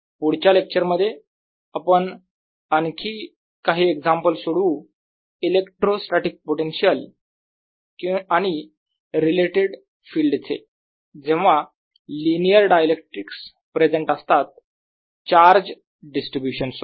पुढच्या लेक्चर मध्ये आपण आणखी काही एक्झाम्पल सोडवू इलेक्ट्रोस्टॅटीक पोटेन्शियल आणि रिलेटेड फील्ड चे जेव्हा लिनियर डायइलेक्ट्रिक्स प्रेझेंट असतात चार्ज डिस्ट्रीब्यूशन सोबत